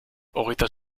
hogeita